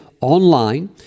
online